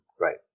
Right